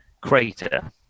crater